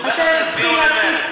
הם בטח יצביעו למרצ.